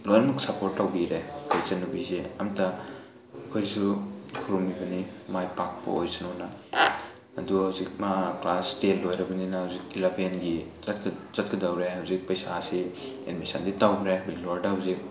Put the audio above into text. ꯂꯣꯏꯅꯃꯛ ꯁꯄꯣꯔꯠ ꯇꯧꯕꯤꯔꯦ ꯑꯩꯈꯣꯏ ꯏꯆꯟ ꯅꯨꯄꯤꯁꯦ ꯑꯝꯇ ꯑꯩꯈꯣꯏꯁꯨ ꯈꯨꯔꯝꯃꯤꯕꯅꯤ ꯃꯥꯏ ꯄꯥꯛꯄ ꯑꯣꯏꯁꯅꯨꯅ ꯑꯗꯨ ꯍꯧꯖꯤꯛ ꯃꯥ ꯀ꯭ꯂꯥꯁ ꯇꯦꯟ ꯂꯣꯏꯔꯕꯅꯤꯅ ꯍꯧꯖꯤꯛ ꯏꯂꯚꯦꯟꯒꯤ ꯆꯠꯀꯗꯧꯔꯦ ꯍꯧꯖꯤꯛ ꯄꯩꯁꯥꯁꯤ ꯑꯦꯠꯃꯤꯁꯟꯗꯤ ꯇꯧꯈ꯭ꯔꯦ ꯕꯦꯡꯒ꯭ꯂꯣꯔꯗ ꯍꯧꯖꯤꯛ